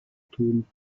tun